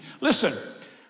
Listen